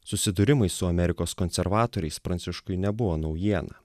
susidūrimai su amerikos konservatoriais pranciškui nebuvo naujiena